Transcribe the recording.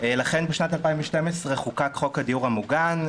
לכן בשנת 2012 חוקק חוק הדיור המוגן,